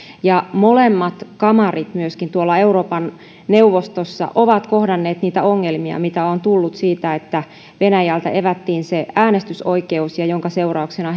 molemmat kamarit euroopan neuvostossa ovat myöskin kohdanneet niitä ongelmia mitä on tullut siitä että venäjältä evättiin äänestysoikeus minkä seurauksena